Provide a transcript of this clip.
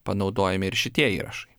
panaudojami ir šitie įrašai